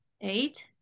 eight